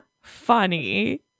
funny